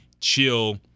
chill